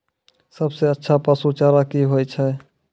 सबसे अच्छा पसु चारा की होय छै?